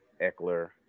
Eckler